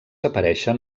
apareixen